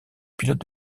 pilote